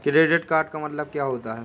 Credit का मतलब क्या होता है?